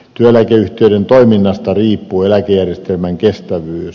työeläkeyhtiöiden toiminnasta riippuu eläkejärjestelmän kestävyys